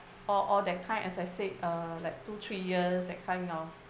or or that kind as I said uh like two three years that kind of